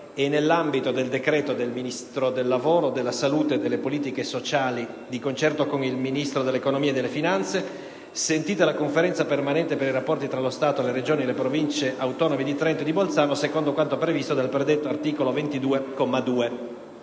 «e nell'ambito del decreto del Ministro del lavoro, della salute e delle politiche sociali di concerto con il Ministro dell'economia e delle finanze, sentita la Conferenza permanente per i rapporti tra lo Stato, le regioni e le province autonome di Trento e di Bolzano, secondo quanto previsto dal predetto articolo 22,